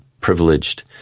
privileged